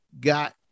got